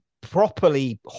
properly